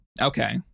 Okay